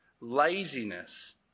laziness